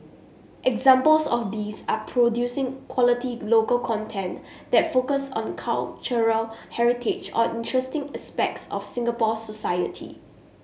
examples of these are producing quality local content that focus on cultural heritage or interesting aspects of Singapore society